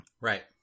Right